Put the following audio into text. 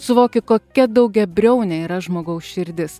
suvoki kokia daugiabriaunė yra žmogaus širdis